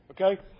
Okay